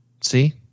See